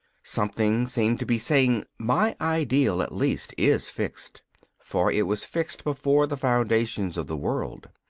something seemed to be saying, my ideal at least is fixed for it was fixed before the foundations of the world.